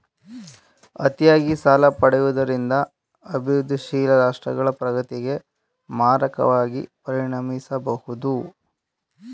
ಅತಿಯಾಗಿ ಸಾಲ ಪಡೆಯುವುದರಿಂದ ಅಭಿವೃದ್ಧಿಶೀಲ ರಾಷ್ಟ್ರಗಳ ಪ್ರಗತಿಗೆ ಮಾರಕವಾಗಿ ಪರಿಣಮಿಸಬಹುದು